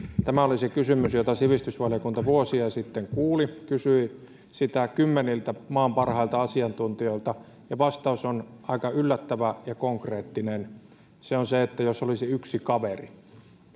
tämä oli se kysymys jota sivistysvaliokunta vuosia sitten kuuli kysyin sitä kymmeniltä maan parhailta asiantuntijoilta ja vastaus oli aika yllättävä ja konkreettinen se että jos olisi yksi kaveri